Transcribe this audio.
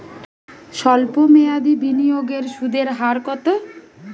সল্প মেয়াদি বিনিয়োগের সুদের হার কত?